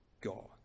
God